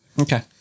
Okay